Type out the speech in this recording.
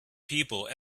people